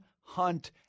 hunt